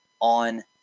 on